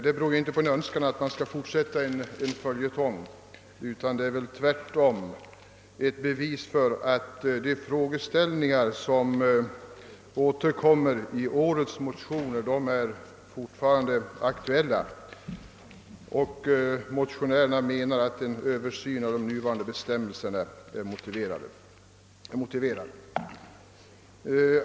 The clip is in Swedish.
Det beror inte på någon önskan att göra detta till en följetong, utan det är ett bevis för att frågeställningarna fortfarande är aktuella. Motionärerna menar att en översyn av de nuvarande bestämmelserna är motiverad.